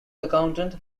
accountant